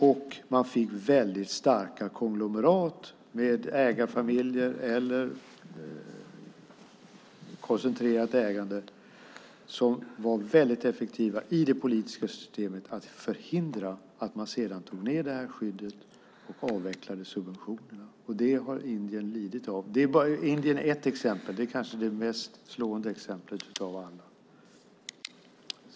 Och man fick väldigt starka konglomerat med ägarfamiljer eller koncentrerat ägande som var väldigt effektiva i det politiska systemet när det gällde att förhindra att man sedan tog ned det här skyddet och avvecklade subventionerna. Det har Indien lidit av. Indien är ett exempel. Det är kanske det mest slående exemplet av alla.